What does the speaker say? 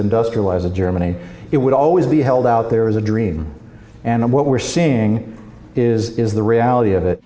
industrial as a germany it would always be held out there is a dream and what we're seeing is the reality of it